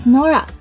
Nora